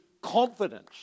confidence